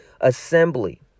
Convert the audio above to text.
assembly